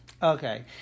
Okay